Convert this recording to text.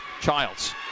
Childs